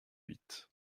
huit